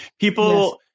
People